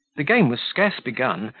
the game was scarce begun,